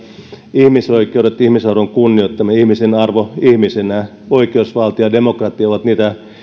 ihmisoikeudet ihmisarvon kunnioittaminen ihmisen arvo ihmisenä oikeusvaltio ja demokratia ovat niitä